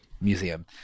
museum